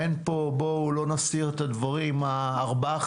בואו לא נסתיר את הדברים מארבעה,